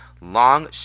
long